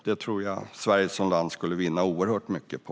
Det tror jag att Sverige skulle vinna oerhört mycket på.